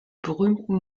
berühmten